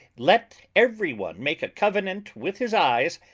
let every one make a covenant with his eyes,